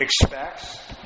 expects